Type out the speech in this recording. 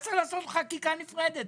אז צריך לעשות חקיקה נפרדת,